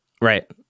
Right